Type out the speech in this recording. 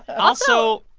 also.